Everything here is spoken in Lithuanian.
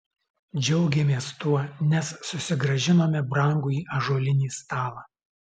džiaugėmės tuo nes susigrąžinome brangųjį ąžuolinį stalą